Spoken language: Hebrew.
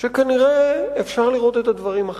שכנראה אפשר לראות את הדברים אחרת.